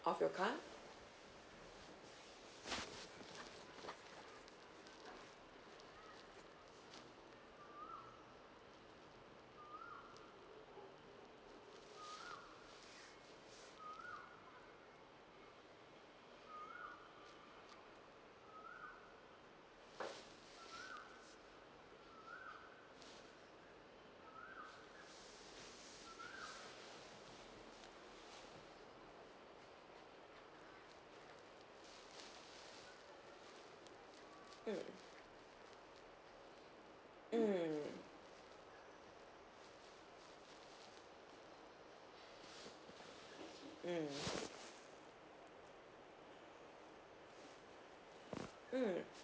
of your car mm mm mm mm